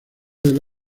del